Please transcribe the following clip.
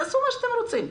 תעשו מה שאתם רוצים.